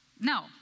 No